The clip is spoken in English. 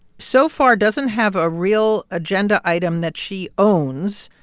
so far, doesn't have a real agenda item that she owns?